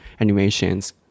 animations